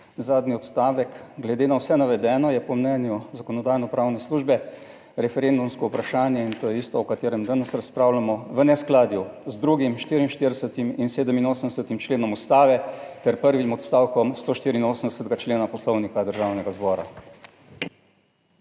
zadnji odstavek: "Glede na vse navedeno je po mnenju Zakonodajno-pravne službe referendumsko vprašanje," in to je isto, o katerem danes razpravljamo, "v neskladju z 2., 44. in 87. členom Ustave ter prvim odstavkom 184. člena Poslovnika Državnega zbora".